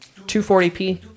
240p